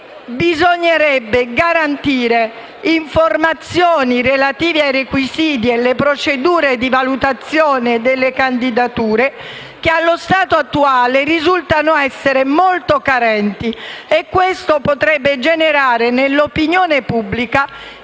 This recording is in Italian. Bisognerebbe garantire informazioni relative ai requisiti e alle procedure di valutazione delle candidature che, allo stato attuale, risultano essere molto carenti e questo potrebbe generare nell'opinione pubblica